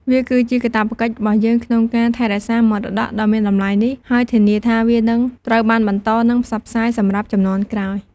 វាគឺជាកាតព្វកិច្ចរបស់យើងក្នុងការថែរក្សាមរតកដ៏មានតម្លៃនេះ ហើយធានាថាវានឹងត្រូវបានបន្តនិងផ្សព្វផ្សាយសម្រាប់ជំនាន់ក្រោយ។